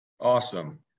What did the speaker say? Awesome